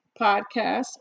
podcast